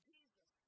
Jesus